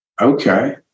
Okay